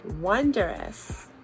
Wondrous